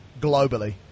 globally